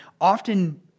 often